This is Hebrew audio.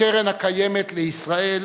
לקרן הקיימת לישראל,